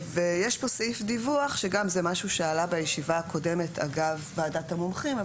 יש פה סעיף דיווח שגם זה משהו שעלה בישיבה הקודמת אגב ועדת המומחים,